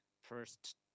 first